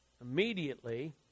Immediately